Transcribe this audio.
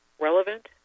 relevant